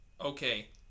Okay